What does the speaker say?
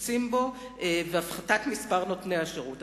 קיצוצים בו והפחתת מספר העובדים הנותנים שירות לציבור.